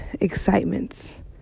excitements